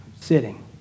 sitting